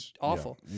awful